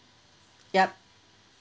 yup